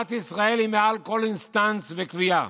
ותורת ישראל היא מעל כל אינסטנציה וקביעה.